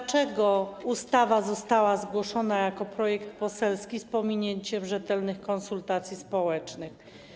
Dlaczego ustawa została zgłoszona jako projekt poselski, z pominięciem rzetelnych konsultacji społecznych?